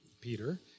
Peter